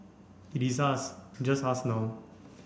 it is us just us now